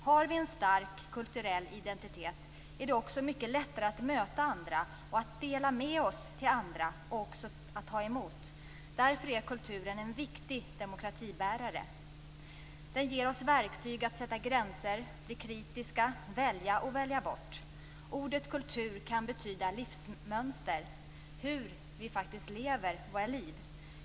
Om vi har en stark kulturell identitet är det också mycket lättare att möta andra och att dela med oss till andra och att också ta emot. Därför är kulturen en viktig demokratibärare. Den ger oss verktyg att sätta gränser, bli kritiska, välja och välja bort. Ordet kultur kan betyda livsmönster - hur vi faktiskt lever våra liv.